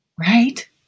right